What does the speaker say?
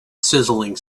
sizzling